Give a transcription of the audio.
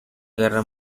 guerra